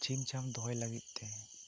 ᱪᱷᱤᱢ ᱪᱷᱟᱢ ᱫᱚᱦᱚᱭ ᱞᱟᱹᱜᱤᱫ ᱛᱮ